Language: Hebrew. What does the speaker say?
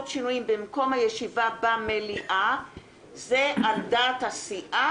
שינויים במקום הישיבה במליאה זה על דעת הסיעה,